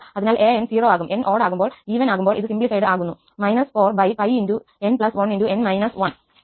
അതിനാൽ an0 ആകും n odd ആകുമ്പോൾ ഈവൻ ആകുമ്പോൾ ഇത് സിംല്പിഫൈഡ് ആകുന്നു 4πn1